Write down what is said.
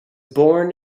born